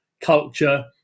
culture